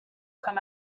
come